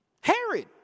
Herod